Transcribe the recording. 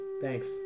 Thanks